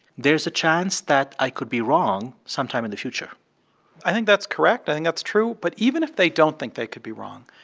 there's a chance that i could be wrong sometime in the future i think that's correct. i think that's true. but even if they don't think they could be wrong,